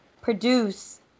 produce